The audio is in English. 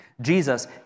Jesus